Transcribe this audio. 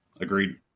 Agreed